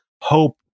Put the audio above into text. hope